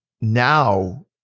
now